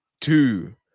two